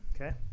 okay